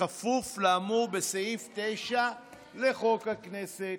בכפוף לאמור בסעיף 9 לחוק הכנסת".